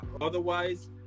otherwise